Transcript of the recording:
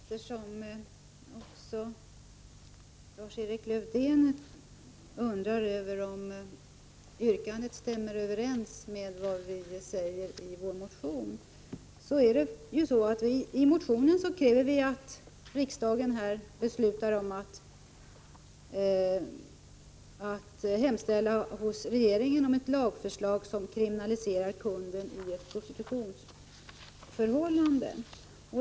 Herr talman! För tydlighetens skull, eftersom Lars-Erik Lövdén undrar om yrkandet stämmer överens med vad vi säger i vår motion, vill jag understryka att vi i motionen kräver att riksdagen beslutar att hemställa hos regeringen om ett lagförslag som kriminaliserar kundenii ett prostitutionsförhållande.